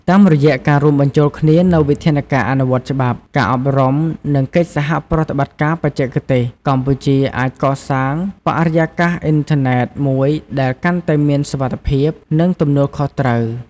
តាមរយៈការរួមបញ្ចូលគ្នានូវវិធានការអនុវត្តច្បាប់ ការអប់រំ និងកិច្ចសហប្រតិបត្តិការបច្ចេកទេស កម្ពុជាអាចកសាងបរិយាកាសអ៊ីនធឺណិតមួយដែលកាន់តែមានសុវត្ថិភាព និងទំនួលខុសត្រូវ។